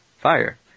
fire